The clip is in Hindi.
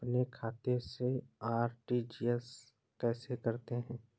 अपने खाते से आर.टी.जी.एस कैसे करते हैं?